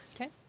Okay